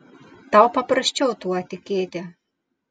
tau paprasčiau tuo tikėti